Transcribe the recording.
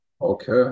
okay